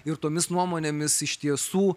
ir tomis nuomonėmis iš tiesų